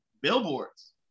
billboards